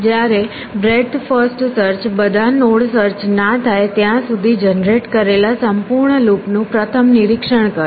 જ્યારે breadth first search બધા node search ના થાય ત્યાં સુધી જનરેટ કરેલા સંપૂર્ણ લૂપનું પ્રથમ નિરીક્ષણ કરશે